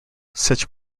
such